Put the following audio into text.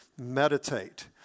meditate